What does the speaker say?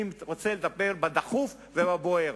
אני רוצה לדבר על הדחוף והבוער,